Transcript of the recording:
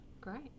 Great